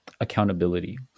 accountability